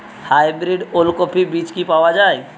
Hybrid ওলকফি বীজ কি পাওয়া য়ায়?